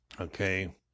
Okay